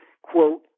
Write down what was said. Quote